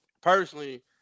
personally